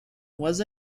was